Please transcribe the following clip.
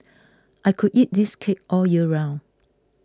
I could eat this cake all year round